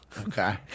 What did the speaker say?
Okay